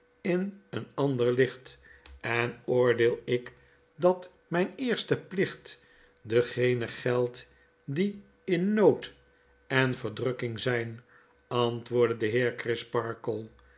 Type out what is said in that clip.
in een ander licht en oordeel ik dat myn eerste plicht degenen geldt die in nood en verdrukking zyn antwoordde de heer